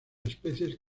especies